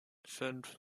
fünf